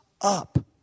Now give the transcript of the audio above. up